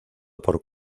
por